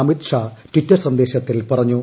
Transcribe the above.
Amit Shah Twitter സന്ദേശത്തിൽ പറഞ്ഞു